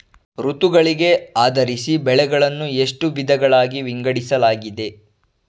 ಋತುಗಳಿಗೆ ಆಧರಿಸಿ ಬೆಳೆಗಳನ್ನು ಎಷ್ಟು ವಿಧಗಳಾಗಿ ವಿಂಗಡಿಸಲಾಗಿದೆ?